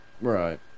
Right